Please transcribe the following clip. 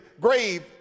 grave